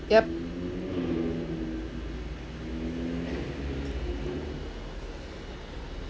yup